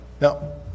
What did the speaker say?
Now